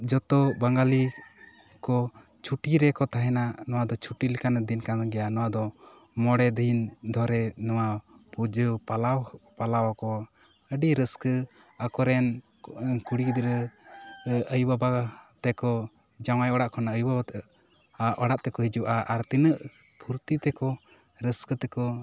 ᱡᱚᱛᱚ ᱵᱟᱜᱟᱞᱤ ᱠᱚ ᱪᱷᱩᱴᱤ ᱨᱮᱠᱚ ᱛᱟᱦᱮᱸᱱᱟ ᱱᱚᱶᱟ ᱫᱚ ᱪᱷᱩᱴᱤ ᱞᱮᱠᱟᱱᱟᱜ ᱫᱤᱱ ᱠᱟᱱ ᱜᱮᱭᱟ ᱱᱚᱶᱟ ᱫᱚ ᱢᱚᱬᱮ ᱫᱤᱱ ᱫᱷᱚᱨᱮ ᱱᱚᱶᱟ ᱯᱩᱡᱟᱹ ᱯᱟᱞᱟᱣ ᱯᱟᱞᱟᱣ ᱟᱠᱚ ᱟᱹᱰᱤ ᱨᱟᱹᱥᱠᱟᱹ ᱟᱠᱚᱨᱮᱱ ᱠᱩᱲᱤ ᱜᱤᱫᱽᱨᱟᱹ ᱟᱭᱩ ᱵᱟᱵᱟ ᱛᱮᱠᱚ ᱡᱟᱶᱟᱭ ᱚᱲᱟᱜ ᱠᱷᱚᱱᱟᱜ ᱟᱭᱩ ᱵᱟᱵᱟ ᱚᱲᱟᱜ ᱛᱮᱠᱚ ᱦᱤᱡᱩᱜᱼᱟ ᱟᱨ ᱛᱤᱱᱟᱹᱜ ᱯᱷᱩᱨᱛᱤ ᱛᱮᱠᱚ ᱨᱟᱹᱥᱠᱟᱹ ᱛᱮᱠᱚ